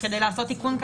כדי לעשות תיקון,